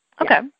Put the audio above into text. Okay